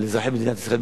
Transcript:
ולאזרחי מדינת ישראל,